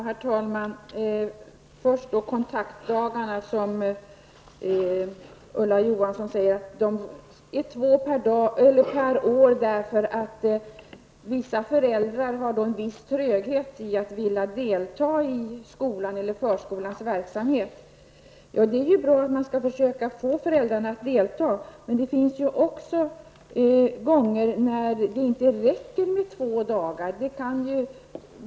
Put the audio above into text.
Herr talman! Ulla Johansson säger att antalet kontaktdagar är två per år därför att vissa föräldrar visar en viss tröghet när det gäller att delta i skolans och förskolans verksamhet. Det är bra att man försöker få föräldrarna att delta. Men det finns fall där det inte räcker med två dagar.